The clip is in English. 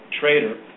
trader